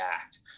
act